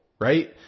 right